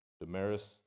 Damaris